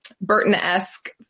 Burton-esque